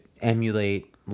emulate